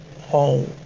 home